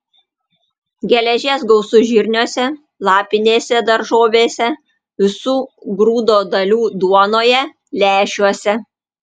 geležies gausu žirniuose lapinėse daržovėse visų grūdo dalių duonoje lęšiuose